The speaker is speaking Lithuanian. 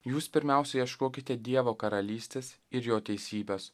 jūs pirmiausia ieškokite dievo karalystės ir jo teisybės